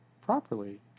properly